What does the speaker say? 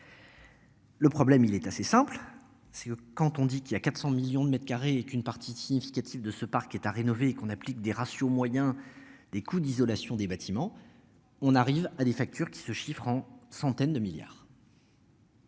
Le problème, il est assez simple, c'est quand on dit qu'il y a 400 millions de mètres carrés et qu'une partie significative de ce parc est à rénover et qu'on applique des ratios moyens des coups d'isolation des bâtiments. On arrive à des factures qui se chiffrent en centaines de milliards.